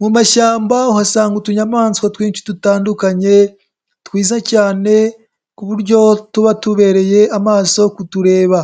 Mu mashyamba uhasanga utunyamaswa twinshi dutandukanye twiza cyane ku buryo tuba tubereye amaso kutureba,